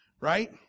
right